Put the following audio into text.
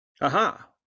Aha